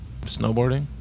snowboarding